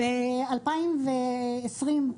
ב-2020,